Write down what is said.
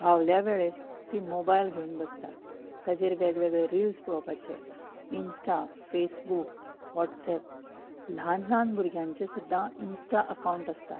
फावल्या वेळेंत तीं मोबायल घेवन बसतात ताजेर वेगवेगळे रिल्स पळोवपाचे इन्स्टा फॅसबूक वाॅट्सऍप ल्हान ल्हान भुरग्यांचे सुद्दां इन्स्टा अकाव्ंट आसतात